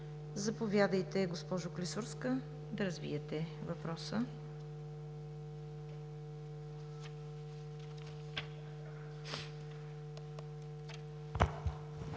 Заповядайте, госпожо Клисурска, да развиете въпроса.